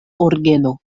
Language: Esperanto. orgeno